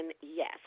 yes